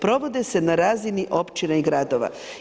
Provode se na razini općina i gradova.